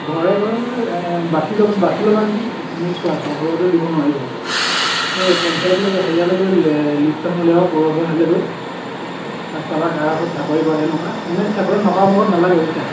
ঘৰে ঘৰে মানে বাছি ল'ব বাছি ল'বা নেকি তুমি চোৱা সবতেতো দিব নোৱাৰিব এই পঞ্চায়তলৈ গৈ হেৰিয়ালে গৈ লিষ্ট এখন উলিয়াব পৌৰসভালে গৈ তাত চাবা কাৰ কাৰ ঘৰত কৰানে নকৰা চাকৰি নকৰাবোৰৰ ঘৰত নালাগে বুইছা